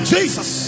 Jesus